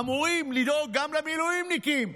אמורים לדאוג גם למילואימניקים,